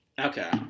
Okay